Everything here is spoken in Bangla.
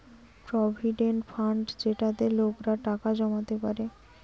প্রভিডেন্ট ফান্ড যেটাতে লোকেরা টাকা জমাতে পারে